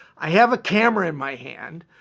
i have a camera in my hand.